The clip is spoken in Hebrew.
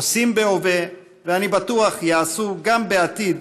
עושים בהווה ואני בטוח יעשו גם בעתיד